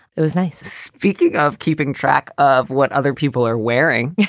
it was nice speaking of keeping track of what other people are wearing, yeah